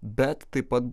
bet taip pat